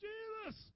Jesus